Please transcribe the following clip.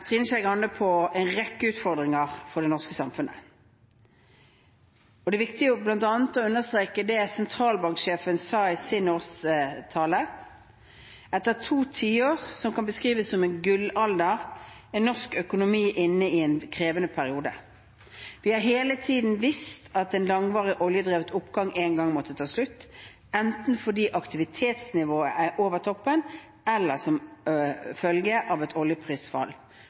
på en rekke utfordringer for det norske samfunnet. Det er viktig bl.a. å understreke det sentralbanksjefen sa i sin årstale: Etter to tiår som kan beskrives som en gullalder, er norsk økonomi inne i en krevende periode. Vi har hele tiden visst at en langvarig oljedrevet oppgang en gang måtte ta slutt, enten fordi aktivitetsnivået er over toppen, eller som følge av et oljeprisfall.